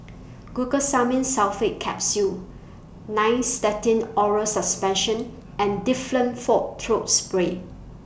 Glucosamine Sulfate Capsules Nystatin Oral Suspension and Difflam Forte Throat Spray